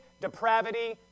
depravity